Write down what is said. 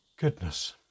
goodness